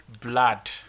blood